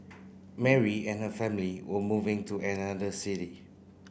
Mary and her family were moving to another city